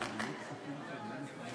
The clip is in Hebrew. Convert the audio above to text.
בבקשה, אדוני,